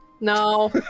No